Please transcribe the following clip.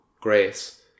grace